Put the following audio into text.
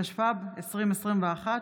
התשפ"א 2021,